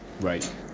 Right